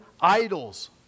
idols